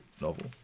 novel